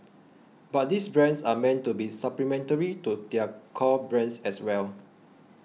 but these brands are meant to be supplementary to their core brands as well